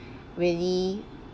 very